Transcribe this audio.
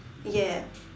ya